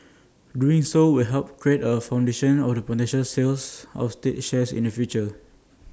doing so will help create A foundation of the potential sales of state shares in the future